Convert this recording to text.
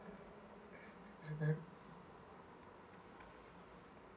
ya